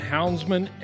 Houndsman